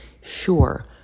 Sure